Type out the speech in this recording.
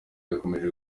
yakomeje